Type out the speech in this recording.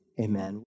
amen